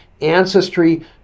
ancestry